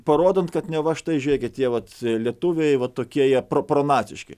parodant kad neva štai žiūrėkit jie vat lietuviai va tokie jie pronaciški